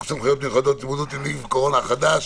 סמכויות מיוחדות להתמודדות עם נגיף הקורונה החדש